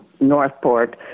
Northport